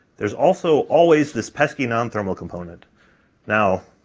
there's also always this pesky non-thermal component now,